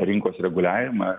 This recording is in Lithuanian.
rinkos reguliavimą